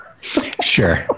Sure